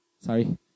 Sorry